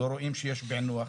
לא רואים שיש פענוח,